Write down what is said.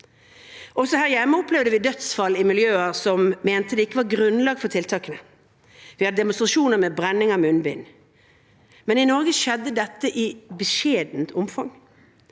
Også her hjemme opplevde vi dødsfall i miljøer som mente det ikke var grunnlag for tiltakene. Vi hadde demonstrasjoner med brenning av munnbind. I Norge skjedde dette likevel i beskjedent omfang.